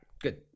Good